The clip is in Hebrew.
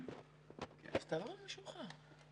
אני ראש אגף תשתיות תעופתיות ברת"א.